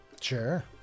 Sure